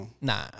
nah